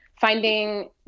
finding